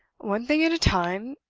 one thing at a time,